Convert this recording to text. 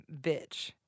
Bitch